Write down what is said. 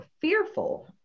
fearful